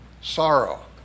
sorrow